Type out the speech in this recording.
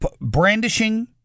Brandishing